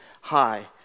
high